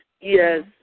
Yes